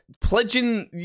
pledging